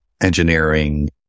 engineering